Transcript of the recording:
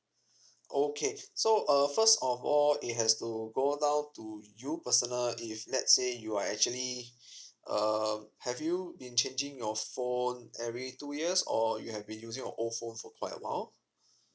okay so err first of all it has to go down to you personal if let's say you are actually um have you been changing your phone every two years or you have been use your old phone for quite a while